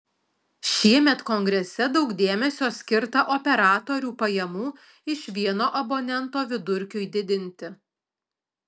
šiemet kongrese daug dėmesio skirta operatorių pajamų iš vieno abonento vidurkiui didinti